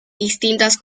distintas